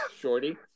Shorty